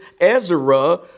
Ezra